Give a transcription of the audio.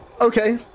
okay